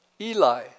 Eli